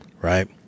right